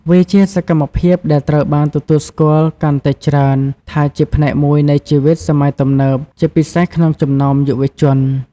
វាជាសកម្មភាពដែលត្រូវបានទទួលស្គាល់កាន់តែច្រើនថាជាផ្នែកមួយនៃជីវិតសម័យទំនើប ជាពិសេសក្នុងចំណោមយុវជន ។